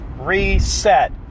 reset